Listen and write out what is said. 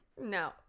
No